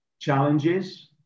challenges